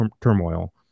turmoil